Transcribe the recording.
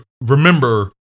Remember